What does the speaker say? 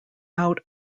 out